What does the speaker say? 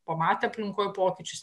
pamatę aplinkoj pokyčius